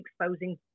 exposing